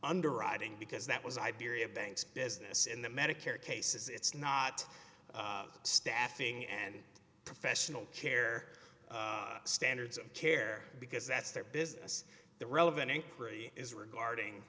nderwriting because that was iberia bank's business in the medicare cases it's not staffing and professional care standards of care because that's their business the relevant inquiry is regarding